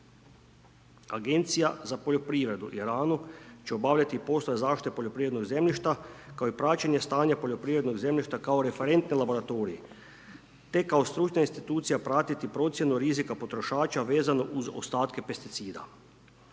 Agencija za poljoprivredu i hranu, će obavljati poslove zaštite poljoprivrednog zemljišta, kao i praćenje stanja poljoprivrednog zemljišta, kao referentni laboratorij, te kao stručne institucija pratiti procjenu rizika potrošača vezano uz ostatke pesticida.